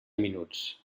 minuts